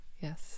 Yes